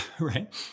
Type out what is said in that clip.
right